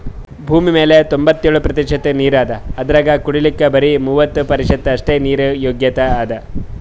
ಭೂಮಿಮ್ಯಾಲ್ ತೊಂಬತ್ತೆಳ್ ಪ್ರತಿಷತ್ ನೀರ್ ಅದಾ ಅದ್ರಾಗ ಕುಡಿಲಿಕ್ಕ್ ಬರಿ ಮೂರ್ ಪ್ರತಿಷತ್ ಅಷ್ಟೆ ನೀರ್ ಯೋಗ್ಯ್ ಅದಾ